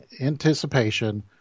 anticipation